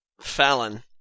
Fallon